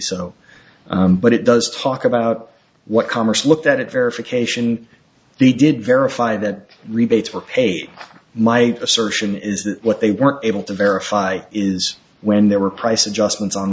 so but it does talk about what commerce looked at it verification they did verify that rebates were pay my assertion is that what they were able to verify is when there were price adjustment on